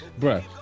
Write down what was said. Bruh